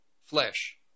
flesh